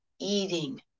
eating